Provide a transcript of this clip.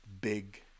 big